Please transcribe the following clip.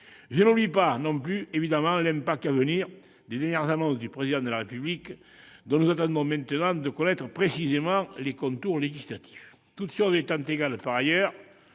Je n'oublie pas non plus, évidemment, l'impact à venir des dernières annonces du Président de la République, dont nous attendons maintenant de connaître précisément les contours législatifs. Toutes choses étant égales par ailleurs,